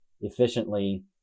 efficiently